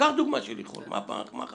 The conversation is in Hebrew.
קח דוגמה של איחור מה החשש?